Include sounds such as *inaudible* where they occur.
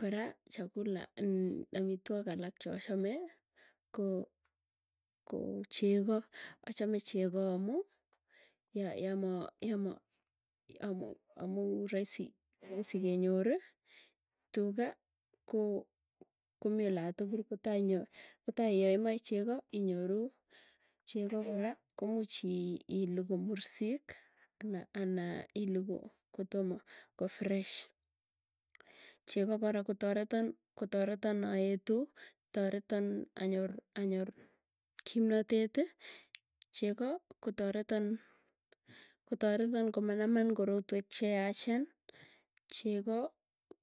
Kora chakula nn amitwok alak chachome koo ko chegoo achame chego amuu *hesitation* amuu raisi kenyorii, tuga koo komii olatugul kotai inyo kotai iyaimae chego inyoru. Chego kora komuuch ii iluu ko mursik ana anaa iluu ko, kotomo ko fresh. Chego kora kotareton kotareton aetu tareton anyor, anyor kimnotetii. Chego kotoreton kotoreton komanaman korotwek cheyachen. Chego